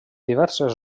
diverses